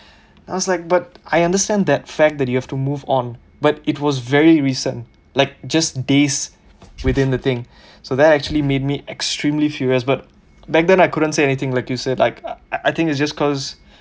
I was like but I understand that fact that you have to move on but it was very recent like just days within the thing so that actually made me extremely furious but back then I couldn't say anything like you said like I think is just cause